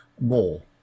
more